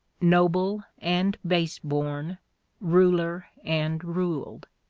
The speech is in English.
noble and baseborn, ruler and ruled.